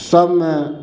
सबमे